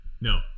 no